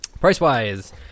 Price-wise